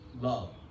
love